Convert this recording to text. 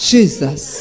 Jesus